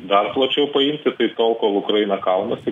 dar plačiau pajusiu kai tol kol ukraina kaunasi